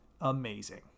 amazing